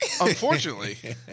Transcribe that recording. Unfortunately